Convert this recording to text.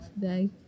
today